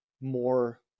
more